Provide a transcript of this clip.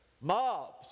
Mobs